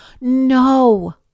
No